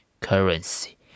currency